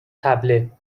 طبله